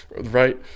Right